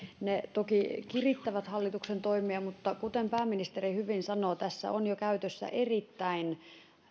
toki kirittävät hallituksen toimia mutta kuten pääministeri hyvin sanoo tässä on jo käytössä erittäin